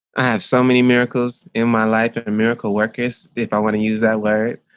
i have so many miracles in my life and miracle workers if i want to use that word.